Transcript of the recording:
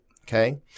Okay